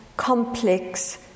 Complex